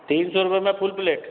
तीन सौ रुपए में फुल प्लेट